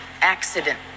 accident